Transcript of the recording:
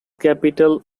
capital